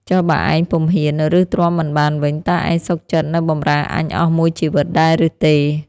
ចុះបើឯង ពុំហ៊ាន ឬ ទ្រាំមិនបានវិញ តើឯងសុខចិត្តនៅបម្រើអញអស់មួយជីវិតដែរឬទេ?។